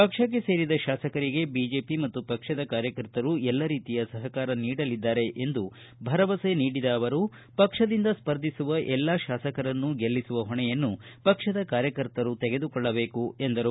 ಪಕ್ಷಕ್ಕೆ ಸೇರಿದ ಶಾಸಕರಿಗೆ ಬಿಜೆಪಿ ಮತ್ತು ಪಕ್ಷದ ಕಾರ್ಯಕರ್ತರು ಎಲ್ಲ ರೀತಿಯ ಸಹಕಾರ ನೀಡಲಿದ್ದಾರೆ ಎಂದು ಭರವಸೆ ನೀಡಿದ ಅವರು ಪಕ್ಷದಿಂದ ಸ್ಪರ್ಧಿಸುವ ಎಲ್ಲಾ ಶಾಸಕರನ್ನು ಗೆಲ್ಲಿಸುವ ಹೊಣೆಯನ್ನು ಪಕ್ಷದ ಕಾರ್ಯಕರ್ತರು ತೆಗೆದುಕೊಳ್ಳಬೇಕು ಎಂದರು